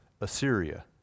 assyria